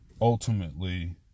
ultimately